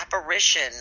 apparition